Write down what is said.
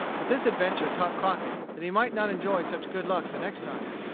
but this adventure taught crockett that he might not enjoy such good luck the next time.